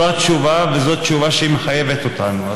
זו התשובה, וזו תשובה שמחייבת אותנו.